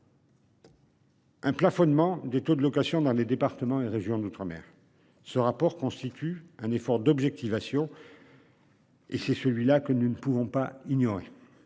Un plafonnement des taux de location dans les départements et régions d'outre-mer ce rapport constitue un effort d'objectivation. Et c'est celui-là que nous ne pouvons pas ignorer.